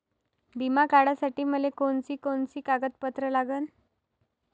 बिमा काढासाठी मले कोनची कोनची कागदपत्र लागन?